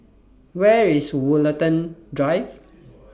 Where IS Woollerton Drive